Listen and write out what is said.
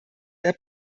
der